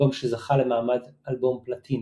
אלבום שזכה למעמד אלבום פלטינה.